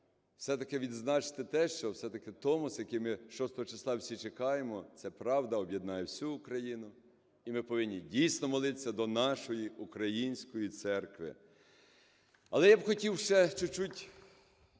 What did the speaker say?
все-таки відзначити те, що все-таки Томос, який ми 6 числа всі чекаємо, це правда об'єднає всю Україну і ми повинні дійсно молитися до нашої Української Церкви. Але я б хотів ще чуть-чуть